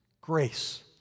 Grace